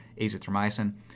azithromycin